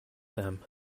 them